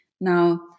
Now